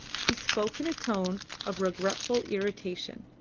he spoke in a tone of regretful irritation.